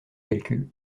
calcul